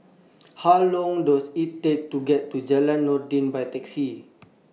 How Long Does IT Take to get to Jalan Noordin By Taxi